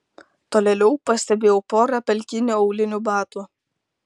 tolėliau pastebėjau porą pelkinių aulinių batų